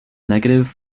negative